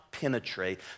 penetrate